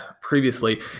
previously